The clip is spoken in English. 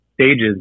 stages